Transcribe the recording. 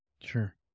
sure